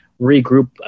regroup